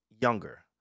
younger